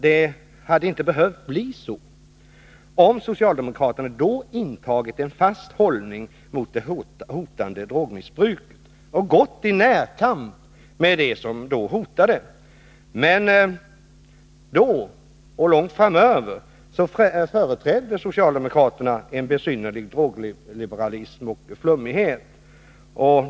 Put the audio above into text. Det hade inte behövt bli så, om socialdemokraterna då hade intagit en fast hållning mot det hotande drogmissbruket och gått i närkamp med det som hotade. Men då och långt framöver företrädde socialdemokraterna en besynnerlig drogliberalism och flummighet.